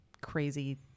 crazy